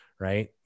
right